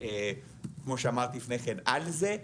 שכמו שאמרת לפני כן על זה.